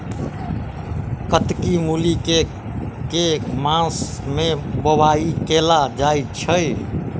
कत्की मूली केँ के मास मे बोवाई कैल जाएँ छैय?